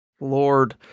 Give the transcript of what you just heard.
Lord